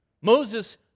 Moses